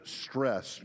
stress